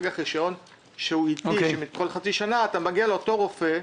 ברישיון שנדרש כל חצי שנה אתה מגיע לאותו רופא,